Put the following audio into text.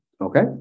Okay